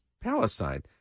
Palestine